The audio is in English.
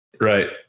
Right